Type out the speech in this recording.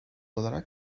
olarak